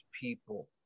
people